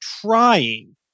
trying